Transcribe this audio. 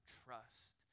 trust